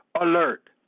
alert